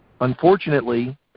Unfortunately